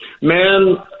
Man